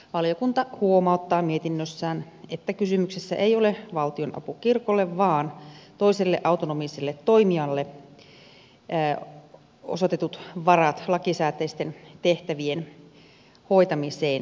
valiokunta huomauttaa mietinnössään että kysymyksessä ei ole valtionapu kirkolle vaan toiselle autonomiselle toimijalle osoitetut varat lakisääteisten tehtävien hoitamiseen